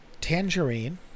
Tangerine